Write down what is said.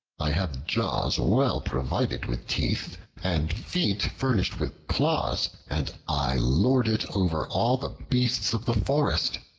i have jaws well provided with teeth, and feet furnished with claws, and i lord it over all the beasts of the forest,